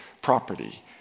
property